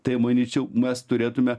tai manyčiau mes turėtume